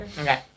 Okay